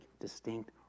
distinct